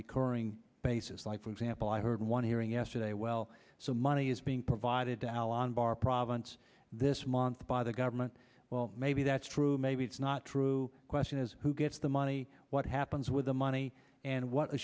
recurring basis like for example i heard one hearing yesterday well so money is being provided to alan barr province this month by the government well maybe that's true maybe it's not true question is who gets the money what happens with the money and what